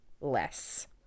Less